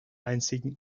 einzigen